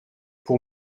pour